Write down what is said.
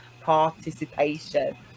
participation